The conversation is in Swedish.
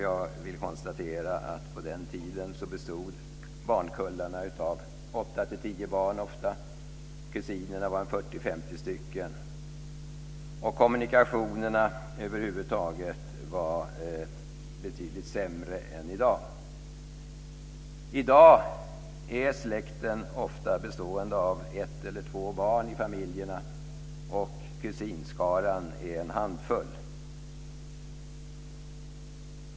Jag vill konstatera att på den tiden bestod barnkullarna ofta av 8-10 barn, och kusinerna var 40-50 stycken. Kommunikationerna var över huvud taget betydligt sämre än i dag. I dag är släkten ofta bestående av ett eller två barn i familjen, och kusinskaran är en handfull.